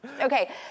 Okay